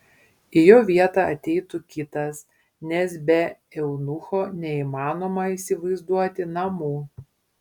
į jo vietą ateitų kitas nes be eunucho neįmanoma įsivaizduoti namų